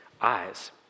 eyes